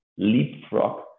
leapfrog